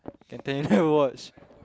can tell you never watch